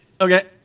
Okay